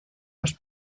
los